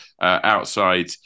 outside